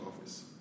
office